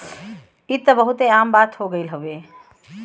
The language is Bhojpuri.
ई त बहुते आम बात हो गइल हउवे